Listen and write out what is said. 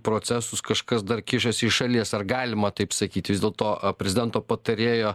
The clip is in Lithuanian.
procesus kažkas dar kišasi iš šalies ar galima taip sakyti vis dėlto prezidento patarėjo